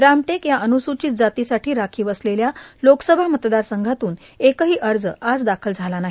रामटेक या अनुसूचित जाती साठी राखिव असलेल्या लोकसभा मतदार संघातून एकही अर्ज आज दाखल झाला नाही